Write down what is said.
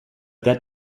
that